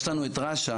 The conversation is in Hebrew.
יש לנו את רש"א,